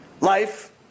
life